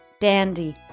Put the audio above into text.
Dandy